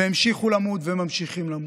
והמשיכו למות וממשיכים למות.